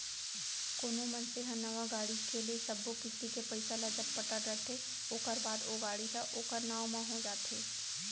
कोनो मनसे ह नवा गाड़ी के ले सब्बो किस्ती के पइसा ल जब पटा डरथे ओखर बाद ओ गाड़ी ह ओखर नांव म हो जाथे